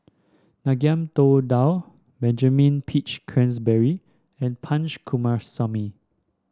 Ngiam Tong Dow Benjamin Peach Keasberry and Punch Coomaraswamy